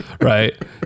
right